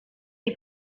die